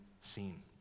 seen